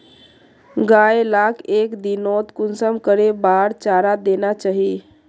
गाय लाक एक दिनोत कुंसम करे बार चारा देना चही?